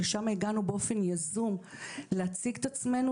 לשם הגענו באופן יזום - להציג את עצמנו,